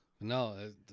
No